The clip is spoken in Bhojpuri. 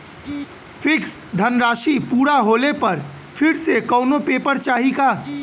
फिक्स धनराशी पूरा होले पर फिर से कौनो पेपर चाही का?